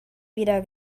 wieder